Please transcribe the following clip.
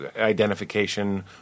identification